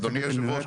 אדוני יושב הראש,